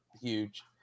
huge